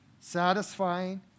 satisfying